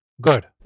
good